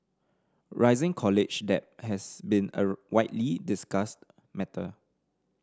rising college debt has been a widely discussed matter